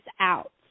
out